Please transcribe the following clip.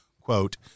Quote